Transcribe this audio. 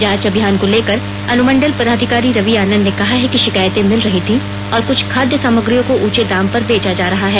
जांच अभियान को लेकर अनुमंडल पदाधिकारी रवि आनंद ने कहा है कि शिकायते मिल रही थी कि कुछ खाद्य सामग्रियों को ऊंचे दाम पर बेचा जा रहा है